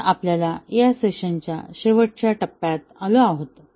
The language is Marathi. तर आपण या सेशन च्या शेवटच्या टप्प्यात आलो आहोत